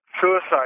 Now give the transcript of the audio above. suicide